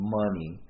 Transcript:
money